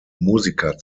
musiker